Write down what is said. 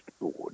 Board